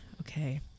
Okay